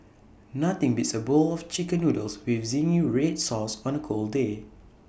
nothing beats A bowl of Chicken Noodles with Zingy Red Sauce on A cold day